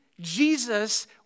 Jesus